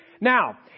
Now